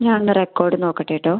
ഞാൻ ഒന്ന് റെക്കോർഡ് നോക്കട്ടെ കേട്ടോ